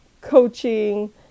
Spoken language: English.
coaching